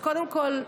קודם כול,